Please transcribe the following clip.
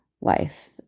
life